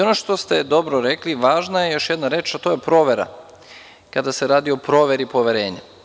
Ono što ste dobro rekli, važna je još jedna reč, a to je provera kada se radi o proveri poverenja.